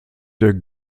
der